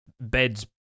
beds